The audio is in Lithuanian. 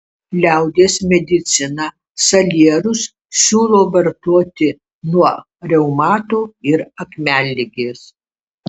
liaudies medicina salierus siūlo vartoti nuo reumato ir akmenligės